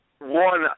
One